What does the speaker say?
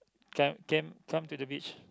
can came come to the beach